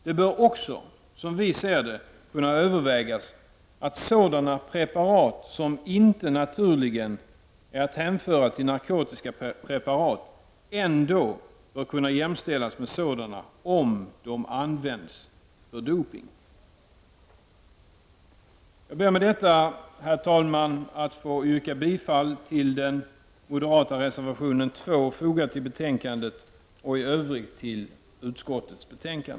Det bör också kunna övervägas att sådana preparat, som inte naturligen är att hänföra till narkotiska preparat, ändå bör kunna jämställas med sådana om de används för dopning. Jag ber med detta, herr talman, att få yrka bifall till den moderata reservationen nr 2 som är fogad till betänkandet och i övrigt till utskottets hemställan.